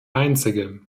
einzige